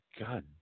god